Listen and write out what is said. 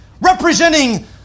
representing